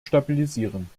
stabilisieren